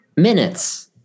Minutes